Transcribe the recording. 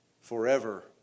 forever